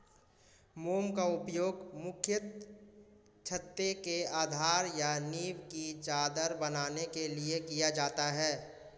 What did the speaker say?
मोम का उपयोग मुख्यतः छत्ते के आधार या नीव की चादर बनाने के लिए किया जाता है